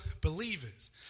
believers